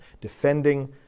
defending